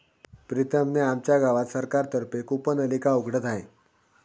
प्रीतम ने आमच्या गावात सरकार तर्फे कूपनलिका उघडत आहे